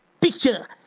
picture